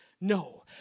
No